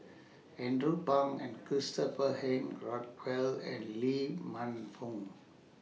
Andrew Phang and Christopher Henry Rothwell and Lee Man Fong